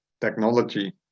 technology